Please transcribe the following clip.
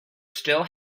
still